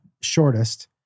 shortest